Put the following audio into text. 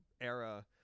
era